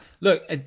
Look